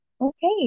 Okay